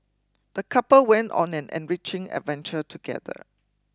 the couple went on an enriching adventure together